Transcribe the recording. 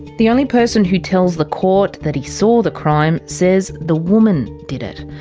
the only person who tells the court that he saw the crime, says the woman did it.